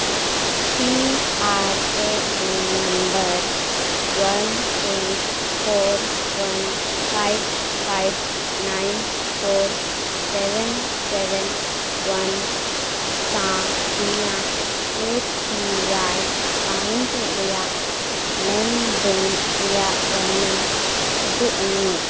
P R A N number one eight four one five five nine four seven seven one ᱥᱟᱶ ᱤᱧᱟᱹᱜ A P Y account ᱨᱮᱭᱟᱜ ᱞᱮᱱᱫᱮᱱ ᱨᱮᱭᱟᱜ ᱵᱚᱨᱱᱚᱱ ᱩᱫᱩᱜ ᱟᱹᱧ ᱢᱮ